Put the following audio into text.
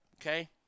okay